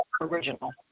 Original